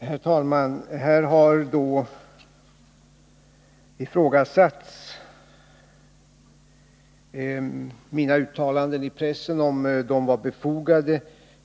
Herr talman! Det har här ifrågasatts om mina uttalanden i pressen var befogade.